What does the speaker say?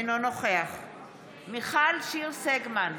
אינו נוכח מיכל שיר סגמן,